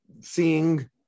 seeing